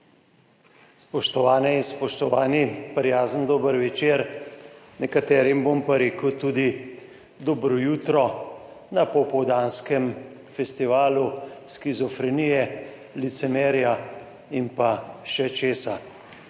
Spoštovane in spoštovani, prijazen dober večer! Nekaterim bom pa rekel tudi: dobro jutro na popoldanskem festivalu shizofrenije, licemerja in pa še česa,